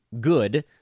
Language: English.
good